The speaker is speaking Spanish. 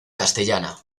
castellana